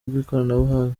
bw’ikoranabuhanga